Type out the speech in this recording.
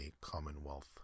commonwealth